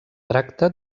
tracta